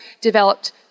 developed